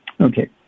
Okay